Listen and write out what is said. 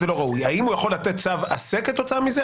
האם הוא יכול לתת צו עשה כתוצאה מזה?